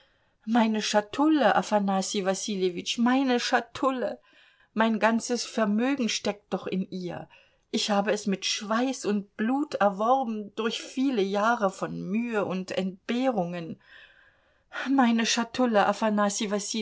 meine schatulle afanassij wassiljewitsch meine schatulle mein ganzes vermögen steckt doch in ihr ich habe es mit schweiß und blut erworben durch viele jahre von mühe und entbehrungen meine schatulle